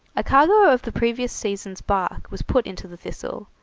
a cargo of the previous season's bark was put into the thistle,